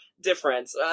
difference